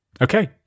Okay